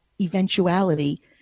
eventuality